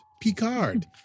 Picard